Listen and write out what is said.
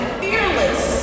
fearless